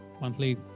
monthly